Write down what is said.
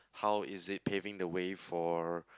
how is it paving the way for